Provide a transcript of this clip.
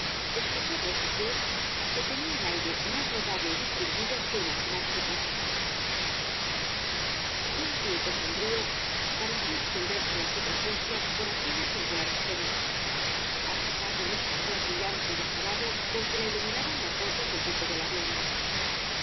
excusado es decir que tenía el j el caballero de las botas azules aire más notable y distinguido que imaginarse pueda un tinte sombrío pareció extenderse con su presencia por aquella singular escena á pesar del resplandor brillante y azulado con que la iluminaban las botas del duque de la gloria